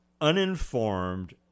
uninformed